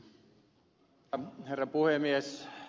arvoisa herra puhemies